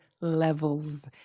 levels